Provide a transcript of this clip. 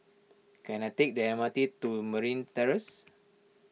can I take the M R T to Marine Terrace